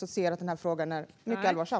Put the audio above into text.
Denna fråga är mycket allvarsam.